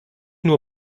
nur